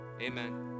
Amen